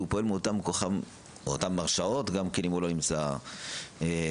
פועל מכוח אותן הרשאות גם אם לא נמצא האחראי.